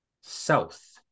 South